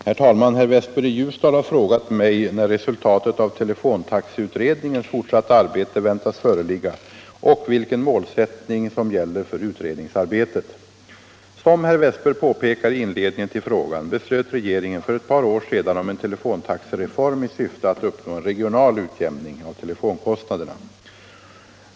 Herr talman! Herr Westberg i Ljusdal har frågat mig när resultatet av telefontaxeutredningens fortsatta arbete väntas föreligga och vilken målsättning som gäller för utredningsarbetet. Som herr Westberg påpekar i inledningen till frågan beslöt regeringen för ett par år sedan om en telefontaxereform i syfte att uppnå en regional utjämning av telefonkostnaderna.